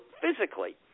physically